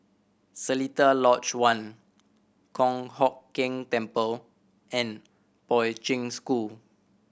Seletar Lodge One Kong Hock Keng Temple and Poi Ching School